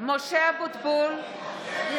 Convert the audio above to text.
(קוראת בשמות חברי הכנסת) משה אבוטבול, נגד